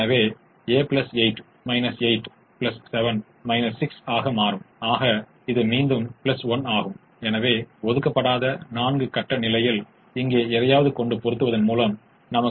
எனவே இரட்டைக்கு சாத்தியமான முதல் ஒன்றை நாம் எடுத்துக் கொண்டால் புறநிலை செயல்பாட்டு மதிப்பு 450 ஆகும்